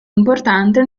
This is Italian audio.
importante